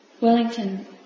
Wellington